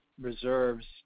reserves